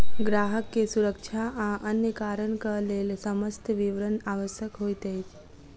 ग्राहक के सुरक्षा आ अन्य कारणक लेल समस्त विवरण आवश्यक होइत अछि